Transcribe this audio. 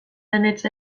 denetz